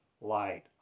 light